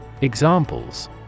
Examples